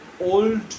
old